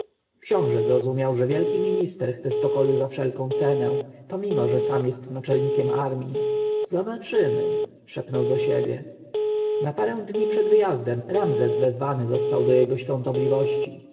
książę zrozumiał że wielki minister chce spokoju za wszelką cenę pomimo że sam jest naczelnikiem armji zobaczymy szepnął do siebie na parę dni przed wyjazdem ramzes wezwany został do jego świątobliwości